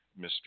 Mr